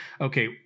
okay